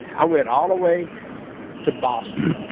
i went all the way to boston.